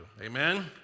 Amen